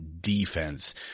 defense